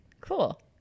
Cool